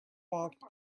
walked